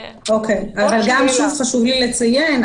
חשוב לי לציין,